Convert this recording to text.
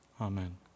Amen